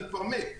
אני כבר מת ב-60%.